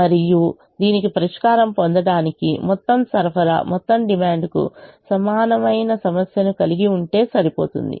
మరియు దీనికి పరిష్కారం పొందటానికి మొత్తం సరఫరా మొత్తం డిమాండ్కు సమానమైన సమస్యను కలిగి ఉంటే సరిపోతుంది